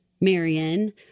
Marion